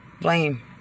blame